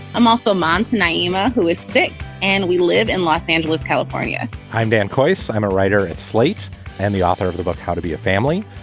i'm also mom nyima, who is thick and we live in los angeles, california i'm dan kleiss. i'm a writer at slate and the author of the book how to be a family.